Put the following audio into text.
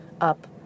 up